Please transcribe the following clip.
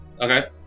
Okay